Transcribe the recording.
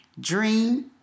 Dream